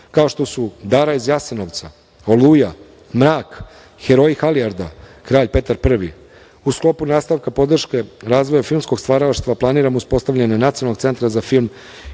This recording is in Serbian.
kao što su „Dara iz Jasenovca“, „Oluja“, „Mrak“, „Heroji Halijarda“, „Kralj Petar Prvi“. U sklopu nastavka podrške razvoja filmskog stvaralaštva planiramo uspostavljanje nacionalnog centra za film